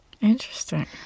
interesting